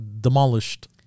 demolished